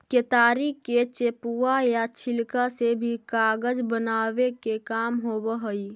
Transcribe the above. केतारी के चेपुआ या छिलका से भी कागज बनावे के काम होवऽ हई